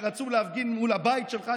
שכשרצו להפגין מול הבית שלך,